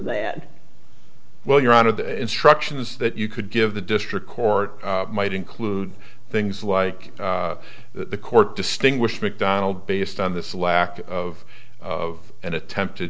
that well your honor the instructions that you could give the district court might include things like the court distinguish mcdonald based on this lack of of an attempt